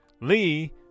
Lee